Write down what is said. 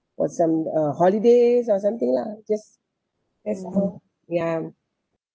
for some uh holidays or something lah just ya